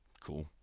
Cool